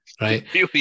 Right